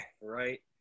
right